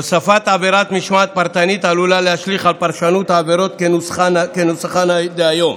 הוספת עבירת משמעת פרטנית עלולה להשליך על פרשנות העבירות כנוסחן היום,